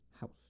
house